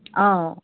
অ